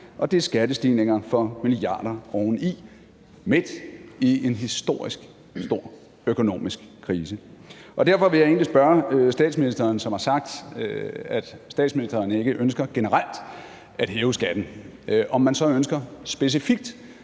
og det er skattestigninger for milliarder oveni – og det er jo midt i en historisk stor økonomisk krise. Derfor vil jeg egentlig spørge statsministeren, som har sagt, at statsministeren ikke ønsker generelt at hæve skatten, om hun så ønsker specifikt